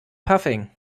puffing